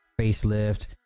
facelift